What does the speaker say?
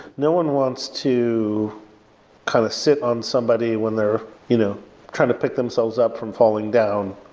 no one wants to kind of sit on somebody when they're you know kind of pick themselves up from falling down.